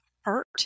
hurt